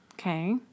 Okay